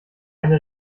eine